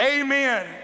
amen